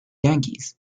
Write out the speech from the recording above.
yankees